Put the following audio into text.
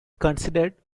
considered